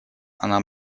она